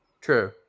True